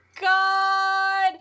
God